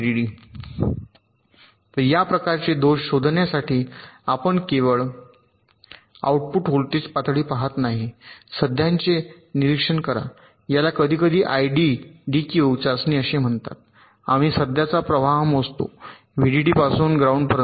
D तर या प्रकारचे दोष शोधण्यासाठी आपण केवळ आऊटपुट व्होल्टेज पातळी पाहत नाही सध्याचे निरीक्षण करा याला कधीकधी आयडीडीक्यू चाचणी असे म्हणतात आम्ही सध्याचा प्रवाह मोजतो व्हीडीडी पासून ग्राउंड पर्यंत